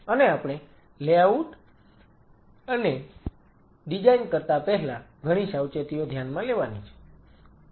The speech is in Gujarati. અને આપણે લેઆઉટ ને ડિઝાઈન કરતા પહેલા ઘણી સાવચેતીઓ ધ્યાનમાં લેવાની છે